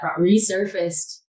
resurfaced